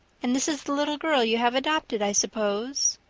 and this is the little girl you have adopted, i suppose?